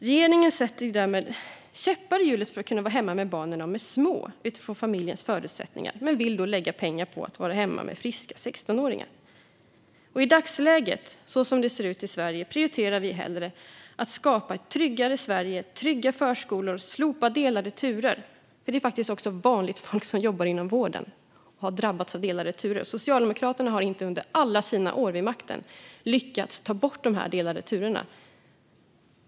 Regeringen sätter käppar i hjulet när det gäller att kunna vara hemma med barnen när de är små utifrån familjens förutsättningar men vill lägga pengar på att föräldrar ska vara hemma med friska sextonåringar. I dagsläget prioriterar vi, som det ser ut i Sverige i dag, hellre att skapa ett tryggare Sverige, trygga förskolor och att slopa delade turer. Det är vanligt folk som jobbar inom vården som drabbas av delade turer. Socialdemokraterna har inte under alla sina år vid makten lyckats ta bort de delade turerna.